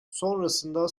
sonrasında